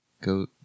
Go